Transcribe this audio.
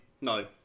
No